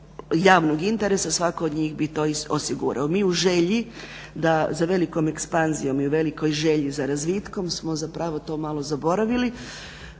javnog interesa, svatko od njih bi to i osigurao. Mi u želji za velikom ekspanzijom i u velikoj želji za razvitkom smo zapravo to malo zaboravili.